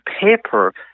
paper